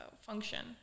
function